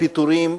פיטורים,